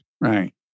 Right